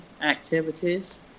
activities